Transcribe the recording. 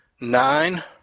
nine